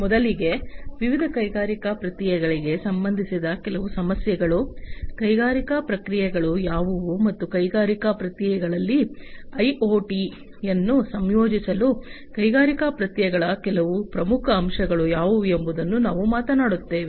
ಮೊದಲಿಗೆ ವಿವಿಧ ಕೈಗಾರಿಕಾ ಪ್ರಕ್ರಿಯೆಗಳಿಗೆ ಸಂಬಂಧಿಸಿದ ಕೆಲವು ಸಮಸ್ಯೆಗಳು ಕೈಗಾರಿಕಾ ಪ್ರಕ್ರಿಯೆಗಳು ಯಾವುವು ಮತ್ತು ಕೈಗಾರಿಕಾ ಪ್ರಕ್ರಿಯೆಗಳಲ್ಲಿ ಐಒಟಿಯನ್ನು ಸಂಯೋಜಿಸಲು ಕೈಗಾರಿಕಾ ಪ್ರಕ್ರಿಯೆಗಳ ಕೆಲವು ಪ್ರಮುಖ ಅಂಶಗಳು ಯಾವುವು ಎಂಬುದನ್ನು ನಾವು ಮಾತನಾಡುತ್ತೇವೆ